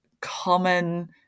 common